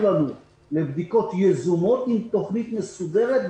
לנו לבדיקות יזומות עם תוכנית מסודרות,